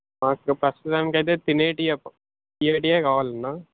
మాకు ప్రస్తుతానికి అయితే తినేవి ఒక తియ్యవి కావాలన్న